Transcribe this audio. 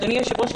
אדוני היושב-ראש,